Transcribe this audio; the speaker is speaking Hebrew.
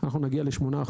אנחנו נגיע ל-8%.